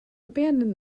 abandoned